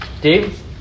Dave